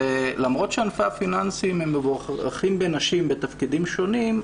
למרות שענפי הפיננסים הם מבורכים בנשים בתפקידים שונים,